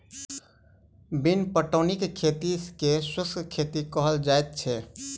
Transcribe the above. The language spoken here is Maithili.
बिन पटौनीक खेती के शुष्क खेती कहल जाइत छै